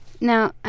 now